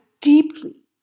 deeply